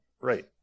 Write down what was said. right